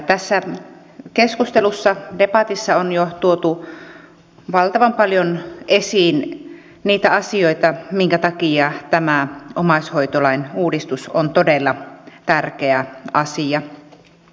tässä keskustelussa debatissa on jo tuotu valtavan paljon esiin niitä asioita joiden takia tämä omaishoitolain uudistus on todella tärkeä asia